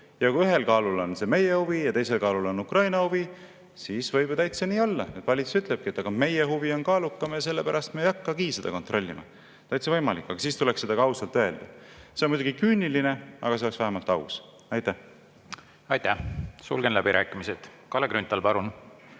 Ja kui ühel kaalul on see meie huvi ja teisel kaalul on Ukraina huvi, siis võib ju täitsa nii olla, et valitsus ütlebki, et aga meie huvi on kaalukam ja sellepärast me ei hakkagi seda kontrollima. Täitsa võimalik, aga siis tuleb seda ka ausalt öelda. See on muidugi küüniline, aga see oleks vähemalt aus. Aitäh! Aitäh! Sulgen läbirääkimised. Kalle Grünthal, palun,